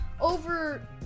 over